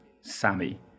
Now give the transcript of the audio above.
Sammy